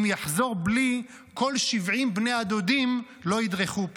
אם יחזור בלי, כל 70 בני הדודים לא ידרכו פה.